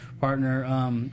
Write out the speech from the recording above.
partner